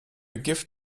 gift